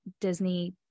Disney